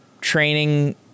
training